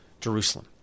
Jerusalem